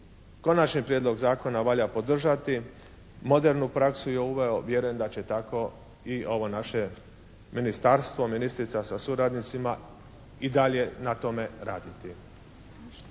Konačni prijedlog zakona valja podržati. Modernu praksu je uveo. Vjerujem da će tako i ovo naše ministarstvo, ministrica sa suradnicima i dalje na tome raditi.